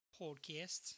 podcast